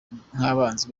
nk’abanzi